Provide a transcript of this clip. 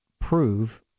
prove